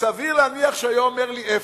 סביר להניח שהיה אומר לי אפס.